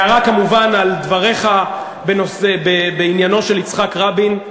הערה כמובן על דבריך בעניינו של יצחק רבין,